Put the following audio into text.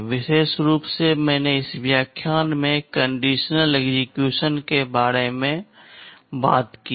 विशेष रूप से मैंने इस व्याख्यान में कंडीशनल एक्सेक्यूशन के बारे में बात की है